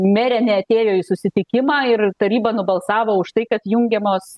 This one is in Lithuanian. merė neatėjo į susitikimą ir taryba nubalsavo už tai kad jungiamos